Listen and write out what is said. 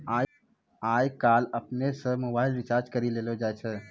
आय काइल अपनै से मोबाइल रिचार्ज करी लेलो जाय छै